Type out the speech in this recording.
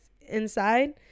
inside